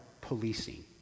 policing